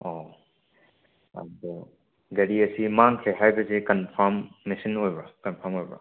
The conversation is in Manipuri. ꯑꯣ ꯑꯗꯣ ꯒꯥꯔꯤ ꯑꯁꯤ ꯃꯥꯡꯈ꯭ꯔꯦ ꯍꯥꯏꯕꯁꯦ ꯀꯟꯐꯔꯝꯃꯦꯁꯟ ꯑꯣꯏꯕ꯭ꯔꯣ ꯀꯟꯐꯔꯝ ꯑꯣꯏꯕ꯭ꯔꯣ